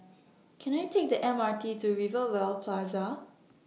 Can I Take The M R T to Rivervale Plaza